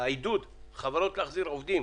עידוד החברות להחזיר עובדים,